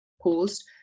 paused